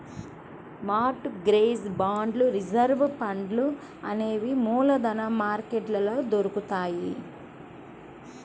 mart gauge బాండ్లు reserve ఫండ్లు అనేవి మూలధన మార్కెట్లో దొరుకుతాయ్